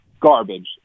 garbage